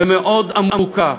ומאוד עמוקה,